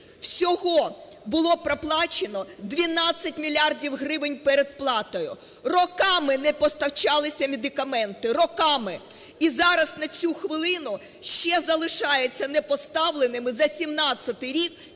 всього було проплачено 12 мільярдів гривень передплатою. Роками не постачалися медикаменти. Роками! І зараз, на цю хвилину, ще залишаються непоставленими за 17-й рік,